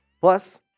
Plus